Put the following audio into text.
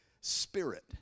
spirit